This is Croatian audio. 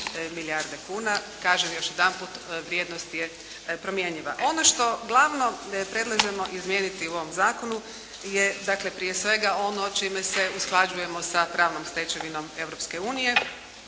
milijarde kuna. Kažem još jedanput vrijednost je promjenjiva. Ono što uglavnom predlažemo promijeniti u ovom zakonu je dakle prije svega ono čime se usklađujemo sa pravnom stečevinom